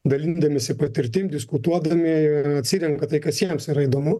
dalindamiesi patirtim diskutuodami ir atsirenka tai kas jiems yra įdomu